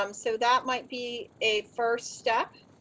um so that might be a first step.